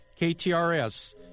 KTRS